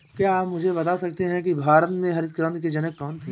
क्या आप मुझे बता सकते हैं कि भारत में हरित क्रांति के जनक कौन थे?